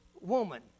woman